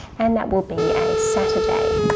and that will be a saturday.